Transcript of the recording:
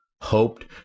hoped